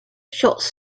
shots